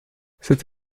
cette